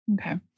Okay